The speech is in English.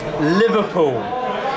Liverpool